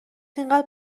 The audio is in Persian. اینقدر